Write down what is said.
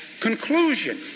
conclusion